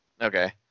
Okay